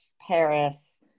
paris